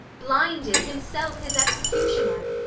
blinded, himself his executioner.